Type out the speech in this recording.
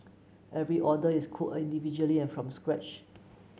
every order is cooked individually and from scratch